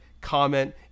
comment